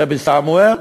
נבי-סמואל.